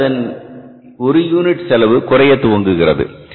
எனவே அதன் ஒரு யூனிட் செலவு குறையத் துவங்குகிறது